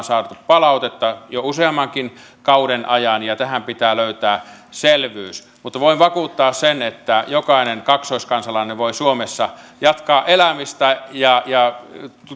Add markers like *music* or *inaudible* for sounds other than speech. *unintelligible* saaneet palautetta jo useammankin kauden ajan ja ja tähän pitää löytää selvyys mutta voin vakuuttaa että jokainen kaksoiskansalainen voi suomessa jatkaa elämistä ja